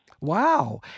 Wow